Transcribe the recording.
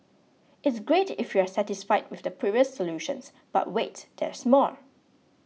it's great if you're satisfied with the previous solutions but wait there's more